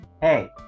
hey